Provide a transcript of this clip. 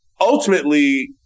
Ultimately